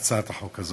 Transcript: בהצעת החוק הזאת.